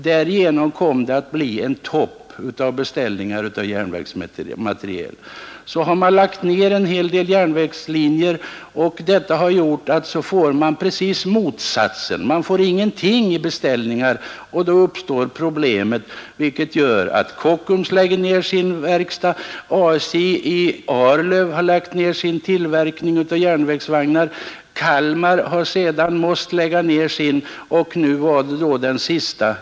Därigenom kom det att bli en topp av beställningar av järnvägsmateriel. Vidare har man lagt ner en hel del järnvägslinjer och detta har gjort att det uppkommit en situation helt motsatt den förra: man får ingenting i beställningar och då uppstår problem. Resultatet blev att Kockums lade ned sin verkstad, ASJ i Arlöv har lagt ned sin tillverkning av järnvägsvagnar, Kalmar Verkstad har sedan måst lägga ned sin och nu var det då den sista.